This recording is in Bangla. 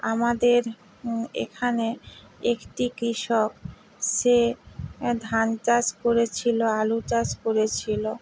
আমাদের এখানে একটি কৃষক সে ধান চাষ করেছিলো আলু চাষ করেছিলো